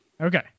Okay